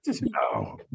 no